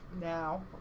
now